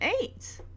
eight